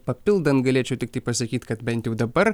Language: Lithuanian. papildant galėčiau tiktai pasakyt kad bent jau dabar